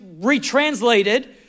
retranslated